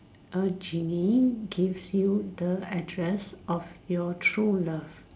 A genie give you the address of your true love